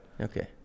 Okay